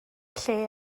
lle